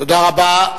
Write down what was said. תודה רבה.